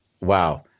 wow